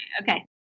Okay